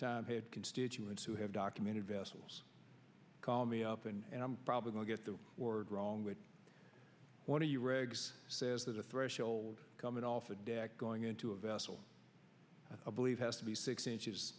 time had constituents who have documented vessels call me up and i'm probably going to get the word wrong which one of you regs says there's a threshold coming off the deck going into a vessel i believe has to be six inches